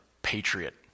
patriot